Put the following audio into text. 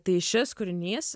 tai šis kūrinys